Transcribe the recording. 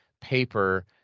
paper